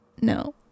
No